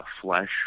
flesh